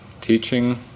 teaching